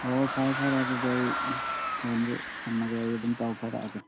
ꯑꯣ ꯐꯔꯦ ꯐꯔꯦ ꯑꯗꯨꯗꯤ ꯑꯩ ꯐꯣꯟꯁꯤ ꯊꯝꯃꯒꯦ ꯑꯩ ꯑꯗꯨꯝ ꯄꯥꯎ ꯐꯥꯎꯔꯛꯑꯒꯦ